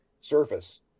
surface